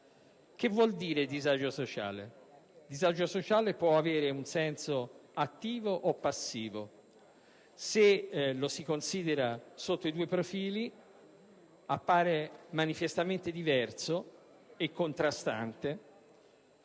Che vuol dire: «disagio sociale»? Questo termine può avere un senso attivo o passivo; se lo si considera sotto i due profili, appare manifestamente diverso e contrastante.